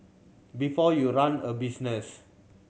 before you run a business